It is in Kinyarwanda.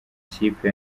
kipe